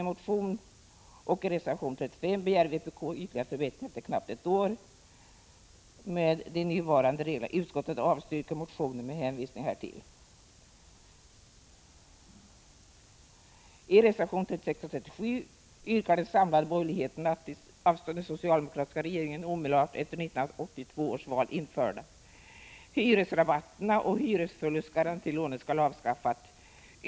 I en motion och i reservation 35 begär vpk ytterligare förbättringar efter knappt ett år med de nuvarande reglerna. Utskottet avstyrker motionen med hänvisning härtill. I reservationerna 36 och 37 yrkar den samlade borgerligheten att de av den socialdemokratiska regeringen omedelbart efter 1982 års val införda hyresrabatterna och hyresförlustgarantilånen skall avskaffas.